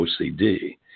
OCD